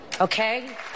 Okay